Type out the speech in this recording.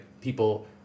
people